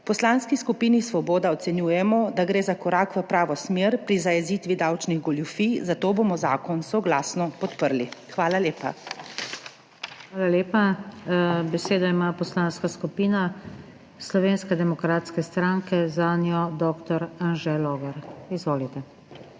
V Poslanski skupini Svoboda ocenjujemo, da gre za korak v pravo smer pri zajezitvi davčnih goljufij, zato bomo zakon soglasno podprli. Hvala lepa. PODPREDSEDNICA NATAŠA SUKIČ: Hvala lepa. Besedo ima Poslanska skupina Slovenske demokratske stranke, zanjo dr. Anže Logar. Izvolite.